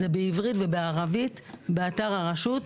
זה בעברית ובערבית באתר הרשות.